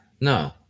No